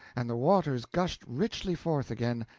and the waters gushed richly forth again,